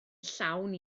llawn